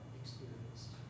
experienced